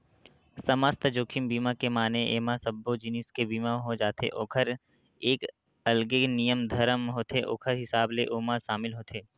समस्त जोखिम बीमा के माने एमा सब्बो जिनिस के बीमा हो जाथे ओखर एक अलगे नियम धरम होथे ओखर हिसाब ले ओमा सामिल होथे